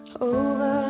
over